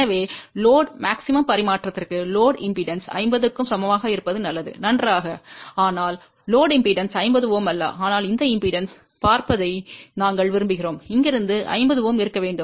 எனவே சுமைக்கு அதிகபட்ச பரிமாற்றத்திற்கு சுமை மின்மறுப்பு 50 Ω க்கு சமமாக இருப்பது நல்லது நன்றாக ஆனால் சுமை மின்மறுப்பு 50 Ω அல்ல ஆனால் அந்த மின்மறுப்பைப் பார்ப்பதை நாங்கள் விரும்புகிறோம் இங்கிருந்து 50 Ω இருக்க வேண்டும்